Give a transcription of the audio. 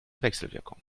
wechselwirkung